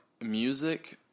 music